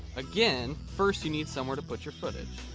again, first you need somewhere to put your footage.